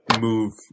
move